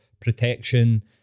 protection